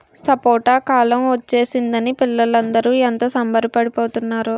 సపోటా కాలం ఒచ్చేసిందని పిల్లలందరూ ఎంత సంబరపడి పోతున్నారో